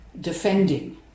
defending